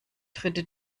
dritte